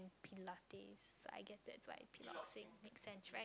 pilates I guess that's why piloxing makes sense right